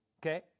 Okay